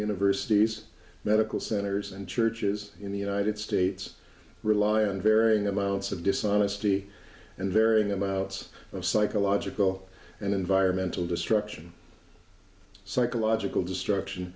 universities medical centers and churches in the united states rely on varying amounts of dishonesty and varying amounts of psychological and environmental destruction psychological destruction